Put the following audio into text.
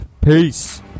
Peace